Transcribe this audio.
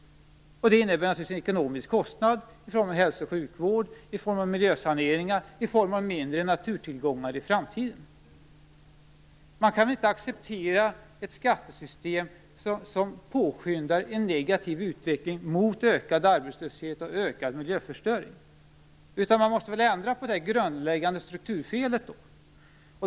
Det innebär naturligtvis en ekonomisk kostnad i form av hälso och sjukvård, i form av miljösaneringar och i form av mindre naturtillgångar i framtiden. Man kan inte acceptera ett skattesystem som påskyndar en negativ utveckling, en utveckling mot ökad arbetslöshet och ökad miljöförstöring. Man måste ändra på det grundläggande strukturfelen.